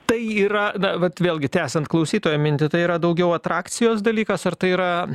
tai yra na vat vėlgi tęsiant klausytojo mintį tai yra daugiau atrakcijos dalykas ar tai yra